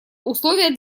условие